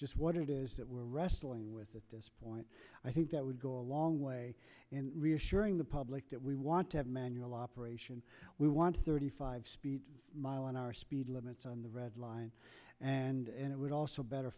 just what it is that we're wrestling with at this point i think that would go a long way in reassuring the public that we want to have manual operation we want thirty five speed mile an hour speed limit on the red line and it would also better